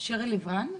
שירי לב-רן,